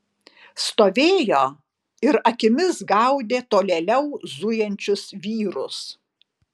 stovėjo ir akimis gaudė tolėliau zujančius vyrus